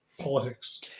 politics